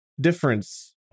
difference